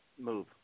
move